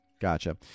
gotcha